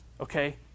okay